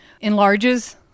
enlarges